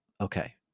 Okay